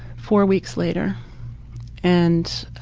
four weeks later and,